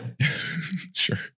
Sure